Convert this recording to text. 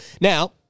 Now